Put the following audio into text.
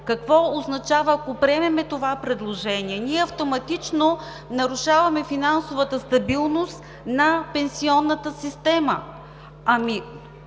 Какво означава, ако приемем това предложение? Ние автоматично нарушаваме финансовата стабилност на пенсионната система.